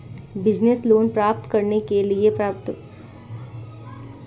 Business loan प्राप्त करने के लिए पात्रता मानदंड क्या हैं?